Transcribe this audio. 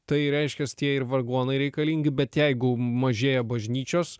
tai reiškias tie ir vargonai reikalingi bet jeigu mažėja bažnyčios